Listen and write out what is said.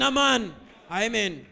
Amen